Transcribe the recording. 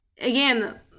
again